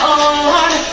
on